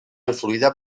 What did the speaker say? influïda